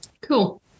Cool